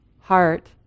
heart